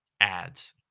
ads